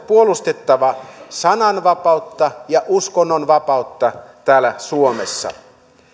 puolustettava sananvapautta ja uskonnonvapautta täällä suomessa